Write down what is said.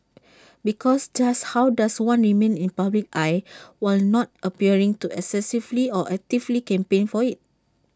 because just how does one remain in the public eye while not appearing to excessively or actively campaign for IT